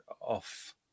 off